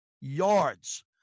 yards